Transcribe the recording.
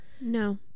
no